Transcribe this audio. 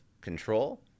control